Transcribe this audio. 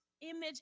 image